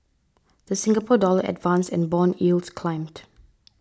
the Singapore Dollar advanced and bond yields climbed